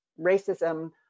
racism